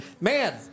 Man